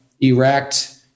erect